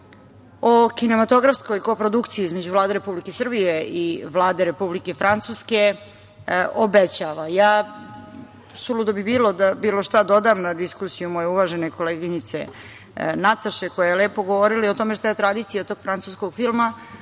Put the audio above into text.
o kinematografskoj kooprodukciji između Vlade Republike Srbije i Vlade Republike Francuske, obećava. Suludo bi bilo da bilo šta dodam na diskusiju moje uvažene koleginice Nataše, koja je lepo govorila o tome šta je tradicija tog francuskog filma,